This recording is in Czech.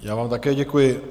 Já vám také děkuji.